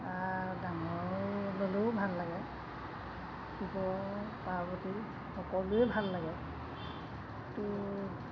ডাঙৰ হ'লেও ভাল লাগে শিৱ পাৰ্বতি সকলোৱে ভাল লাগে ত'